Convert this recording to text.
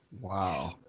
Wow